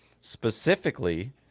specifically